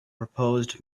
proposed